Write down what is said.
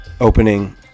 opening